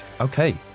okay